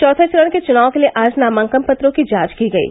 चौथे चरण के चुनाव के लिए आज नामांकन पत्रों की जांच की गयी